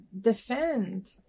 defend